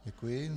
Děkuji.